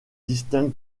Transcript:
distingue